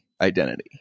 identity